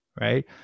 right